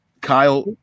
Kyle